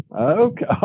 Okay